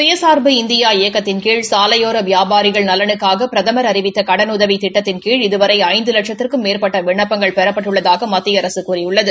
சுயசா்பு இந்தியா இயக்கத்தின் கீழ் சாலையோர வியாபாரிகள் நலனுக்காக பிரதமா் அறிவித்த கடனுதவி திட்டத்தின் கீழ் இதுவரை ஐந்து வட்சத்திற்கும் மேற்பட்ட விண்ணப்பங்கள் பெறப்பட்டுள்ளதாக மத்திய அரச கூறியுள்ளது